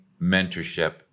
mentorship